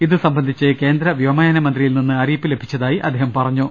ഇത് സംബന്ധിച്ച് കേന്ദ്ര വ്യോമയാന മന്ത്രിയിൽനിന്ന് അറിയിപ്പ് ലഭിച്ചതായും അദ്ദേഹം പറഞ്ഞു